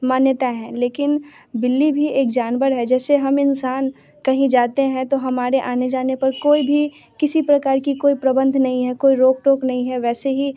मान्यता है लेकिन बिल्ली भी एक जानवर है जैसे हम इंसान कहीं जाते हैं तो हमारे आने जाने पर कोई भी किसी प्रकार का कोई प्रबंध नहीं है कोई रोक टोक नहीं है वैसे ही